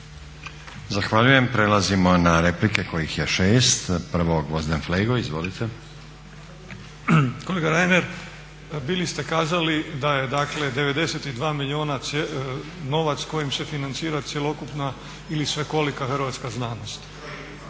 Zahvaljujem. Prelazimo na replike kojih je 6. Prvo Gvozden Flego, izvolite. **Flego, Gvozden Srećko (SDP)** Kolega Reiner pa bili ste kazali da je dakle 92 milijuna novac kojim se financira cjelokupna ili svekolika hrvatska znanost.